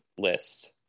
list